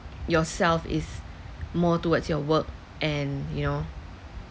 yourself is more towards your work and you know